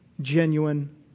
genuine